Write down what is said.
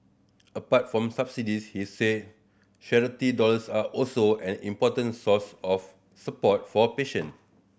apart from subsidies he said charity dollars are also an important source of support for patient